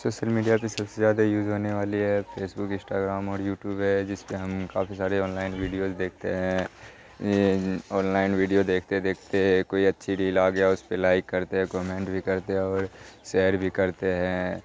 social media پہ سب سے زیادہ یوز ہونے والی ہے فیسبک اسٹاگرام اور یوٹیوب ہے جس پہ ہم کافی سارے آنلائن ویڈیوز دیکھتے ہیں آنلائن ویڈیو دیکھتے دیکھتے کوئی اچھی ریل آ گیا اس پہ لائک کرتے ہیں کمنٹ بھی کرتے ہیں اور سیئر بھی کرتے ہیں